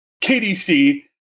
KDC